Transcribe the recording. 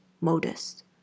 modest